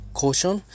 caution